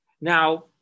Now